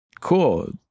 cool